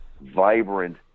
vibrant